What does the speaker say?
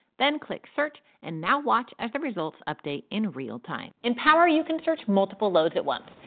then click search, and now watch as the results update in real time. in power you can search multiple loads at once.